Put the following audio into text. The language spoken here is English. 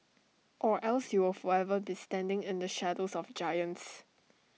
or else you will forever be standing in the shadows of giants